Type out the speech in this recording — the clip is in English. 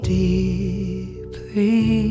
deeply